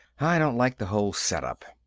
i don't like the whole setup.